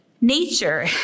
Nature